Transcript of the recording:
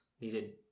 needed